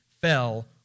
fell